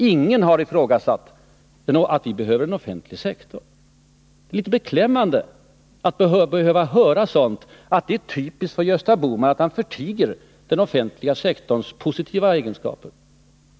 Ingen har ifrågasatt behovet av en offentlig sektor. Det är litet beklämmande att behöva höra påståenden som att det är typiskt för Gösta Bohman att han förtiger den offentliga sektorns positiva egenskaper.